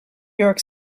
york